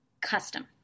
custom